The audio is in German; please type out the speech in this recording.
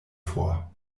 vor